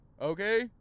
Okay